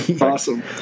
Awesome